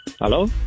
Hello